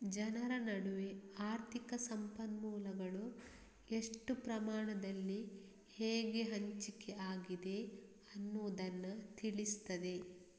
ಜನರ ನಡುವೆ ಆರ್ಥಿಕ ಸಂಪನ್ಮೂಲಗಳು ಎಷ್ಟು ಪ್ರಮಾಣದಲ್ಲಿ ಹೇಗೆ ಹಂಚಿಕೆ ಆಗಿದೆ ಅನ್ನುದನ್ನ ತಿಳಿಸ್ತದೆ